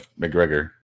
McGregor